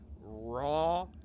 raw